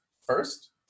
first